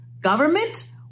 Government